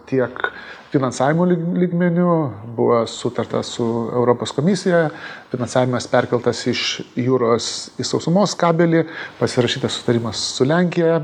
tiek finansavimo lyg lygmeniu buvo sutarta su europos komisija finansavimas perkeltas iš jūros į sausumos kabelį pasirašytas sutarimas su lenkija